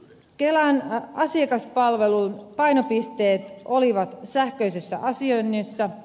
kelan asiakaspalvelun painopisteet olivat sähköisessä asioinnissa